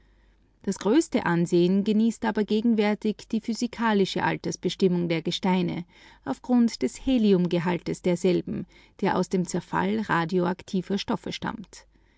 das größte ansehen genießt gegenwärtig wohl die auf etwa gleiche werte führende physikalische altersbestimmung der gesteine auf grund des heliumgehalts derselben der aus dem zerfall radioaktiver stoffe stammt